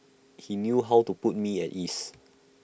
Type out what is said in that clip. he knew how to put me at ease